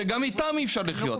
שגם איתם אי אפשר לחיות.